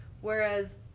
whereas